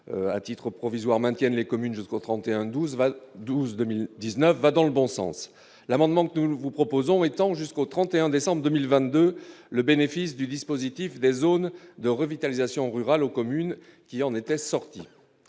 à titre provisoire, maintiennent les communes jusqu'au 31 12 20 12 2019 va dans le bon sens l'amendement que nous, nous vous proposons étant jusqu'au 31 décembre 2022 le bénéfice du dispositif des zones de revitalisation rurale aux communes qui en était sorti,